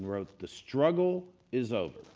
wrote, the struggle is over,